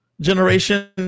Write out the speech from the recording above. Generation